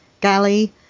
galley